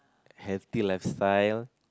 healthy lifestyle